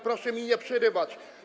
Proszę mi nie przerywać.